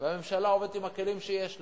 והממשלה עובדת עם הכלים שיש לה.